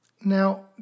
Now